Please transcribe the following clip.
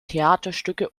theaterstücke